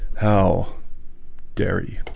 how dare you?